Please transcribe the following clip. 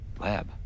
lab